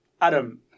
Adam